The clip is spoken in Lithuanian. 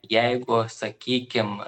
jeigu sakykim